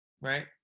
Right